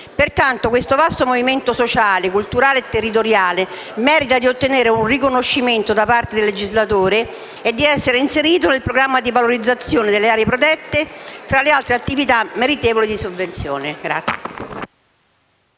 Pertanto, questo vasto movimento sociale, culturale e territoriale merita di ottenere un riconoscimento da parte del legislatore e di essere inserito nel programma di valorizzazione delle aree protette tra le altre attività meritevoli di sovvenzioni.